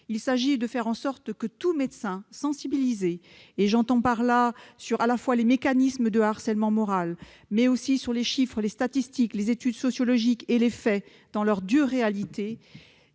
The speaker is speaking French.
Il s'agit donc de faire en sorte que tout médecin soit sensibilisé à la fois sur les mécanismes de harcèlement moral, mais aussi sur les chiffres, les statistiques, les études sociologiques et les faits dans leur dure réalité.